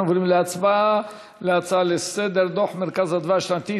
אנחנו עוברים להצבעה על ההצעה לסדר-היום: דוח "מרכז אדוה" השנתי,